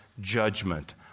judgment